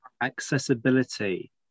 accessibility